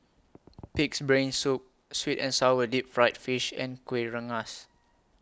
Pig'S Brain Soup Sweet and Sour Deep Fried Fish and Kueh Rengas